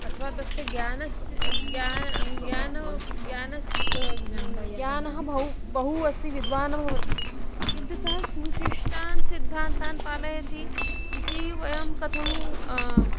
अथवा तस्य ज्ञानस्य ज्ञानं ज्ञानं ज्ञानस्य ज्ञानं बहु बहु अस्ति विद्वान् भवति किन्तु सः सुशिष्टान् सिद्धान्तान् पालयति इति वयं कथं